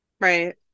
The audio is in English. Right